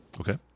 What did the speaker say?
Okay